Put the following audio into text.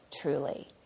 truly